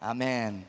Amen